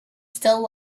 still